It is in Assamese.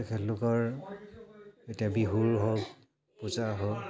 তেখেতলোকৰ এতিয়া বিহু হওক পূজা হওক